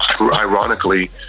ironically